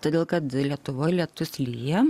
todėl kad lietuvoj lietus lyja